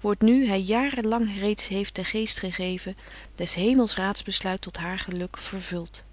wordt nu hy jaren lang reeds heeft den geest gegeven des hemels raadsbesluit tot haar geluk vervult